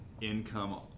Income